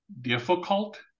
difficult